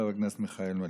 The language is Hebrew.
חבר הכנסת מיכאל מלכיאלי.